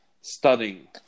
studying